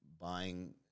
buying